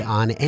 on